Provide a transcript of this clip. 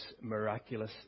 miraculous